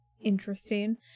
Interesting